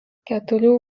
keturių